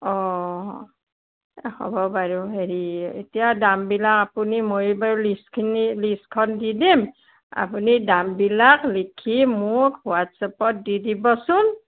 অঁ হ'ব বাৰু হেৰি এতিয়া দামবিলাক আপুনি মই বাৰু লিষ্টখিনি লিষ্টখন দি দিম আপুনি দামবিলাক লিখি মোক হোৱাটছএপত দি দিবচোন